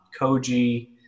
Koji